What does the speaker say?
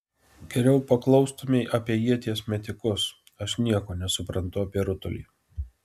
geriau paklaustumei apie ieties metikus aš nieko nesuprantu apie rutulį